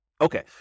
Okay